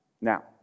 Now